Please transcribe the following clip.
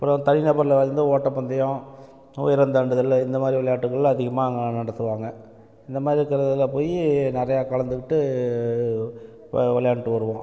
அப்புறம் தனி நபரில் வந்து ஓட்டப்பந்தயம் உயரம் தாண்டுதல் இந்த மாதிரி விளையாட்டுகள்லாம் அதிகமாக அங்கே நடத்துவாங்க இந்த மாதிரி இருக்குறதுல போய் நிறையா கலந்துக்கிட்டு ப விளையாண்ட்டு வருவோம்